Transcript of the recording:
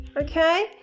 Okay